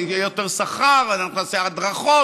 יהיה יותר שכר, נעשה הדרכות.